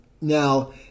Now